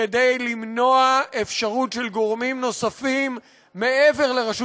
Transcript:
כדי למנוע אפשרות של גורמים נוספים מעבר לרשות